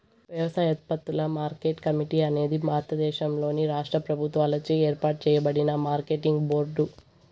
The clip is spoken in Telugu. వ్యవసాయోత్పత్తుల మార్కెట్ కమిటీ అనేది భారతదేశంలోని రాష్ట్ర ప్రభుత్వాలచే ఏర్పాటు చేయబడిన మార్కెటింగ్ బోర్డు